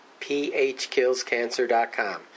PhKillsCancer.com